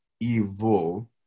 evil